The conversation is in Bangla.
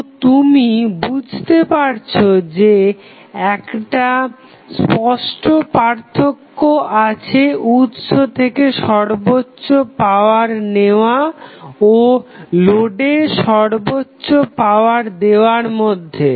তো তুমি বুঝতে পারছো যে একটা স্পষ্ট পার্থক্য আছে উৎস থেকে সর্বোচ্চ পাওয়ার নেওয়া ও লোডে সর্বোচ্চ পাওয়ার দেওয়ার মধ্যে